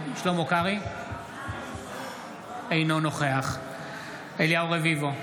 אינו נוכח אליהו רביבו,